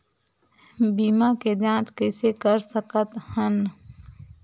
बीमा के जांच कइसे कर सकत हन?